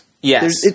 Yes